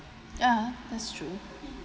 ya that's true